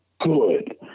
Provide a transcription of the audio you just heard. good